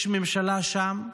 יש ממשלה שם.